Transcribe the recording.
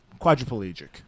quadriplegic